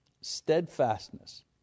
steadfastness